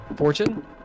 Fortune